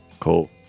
Cool